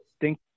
thank